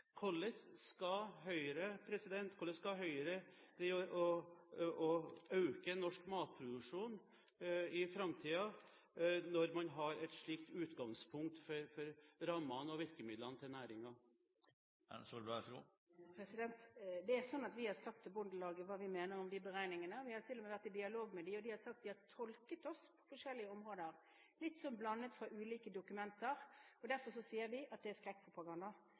Hvordan skal Høyre øke norsk matproduksjon i framtiden når man har et slikt utgangspunkt for rammene og virkemidlene til næringen? Vi har sagt til Bondelaget hva vi mener om de beregningene. Vi har til og med vært i dialog med dem, og de har sagt at de har tolket oss på forskjellige områder, litt blandet, fra ulike dokumenter. Derfor sier vi at det er